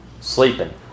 sleeping